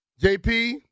JP